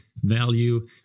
Value